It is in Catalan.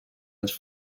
ens